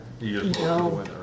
No